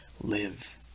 live